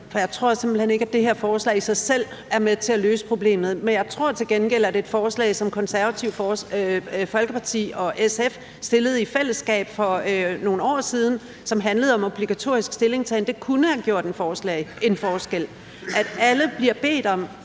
for jeg tror simpelt hen ikke, at det her forslag i sig selv er med til at løse problemet. Men jeg tror til gengæld, at et forslag som det, Det Konservative Folkeparti og SF fremsatte i fællesskab for nogle år siden, og som handlede om obligatorisk stillingtagen, kunne have gjort en forskel, altså at alle bliver bedt om